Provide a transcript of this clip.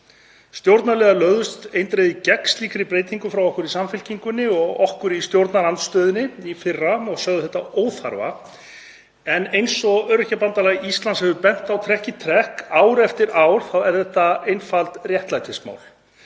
Stjórnarliðar lögðust eindregið gegn slíkri breytingu frá okkur í Samfylkingunni og okkur í stjórnarandstöðunni í fyrra og sögðu þetta óþarfa en eins og Öryrkjabandalag Íslands hefur bent á trekk í trekk, ár eftir ár, þá er þetta einfalt réttlætismál.